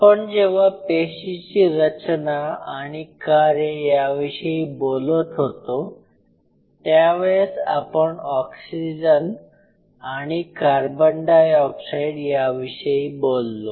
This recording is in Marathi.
आपण जेव्हा पेशीची रचना आणि कार्य याविषयी बोलत होतो त्यावेळेस आपण ऑक्सिजन आणि कार्बन डाय ऑक्साइड या विषयी बोललो